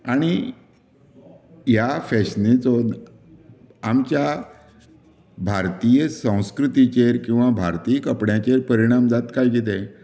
आनी ह्या फॅशनीचो आमच्या भारतीय संस्कृतीचेर किंवा भारतीय कपड्याचेर परिणाम जाता काय कितें